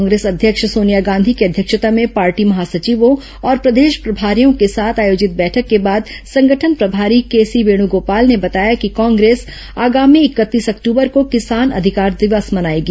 कांग्रेस अध्यक्ष सोनिया गांधी की अध्यक्षता में पार्टी महासचिवों और प्रदेश प्रभारियों के साथ आयोजित बैठक के बाद संगठन प्रभारी केसी वेणुगोपाल ने बताया कि कांग्रेस आगामी इकतीस अक्टूबर को किसान अधिकार दिवस मनाएगी